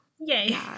Yay